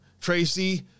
Tracy